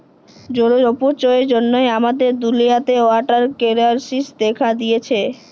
জলের অপচয়ের জ্যনহে আমাদের দুলিয়াতে ওয়াটার কেরাইসিস্ দ্যাখা দিঁয়েছে